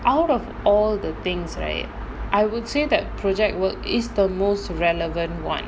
out of all the things right I would say that project work is the most relevant [one]